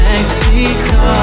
Mexico